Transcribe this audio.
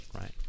right